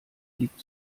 liegt